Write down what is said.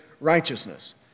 righteousness